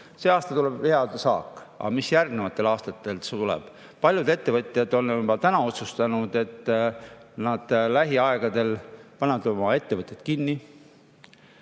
See aasta tuleb hea saak, aga mis järgnevatel aastatel tuleb? Paljud ettevõtjad on juba täna otsustanud, et nad lähiaegadel panevad oma ettevõtted kinni.